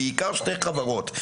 בעיקר שתי חברות,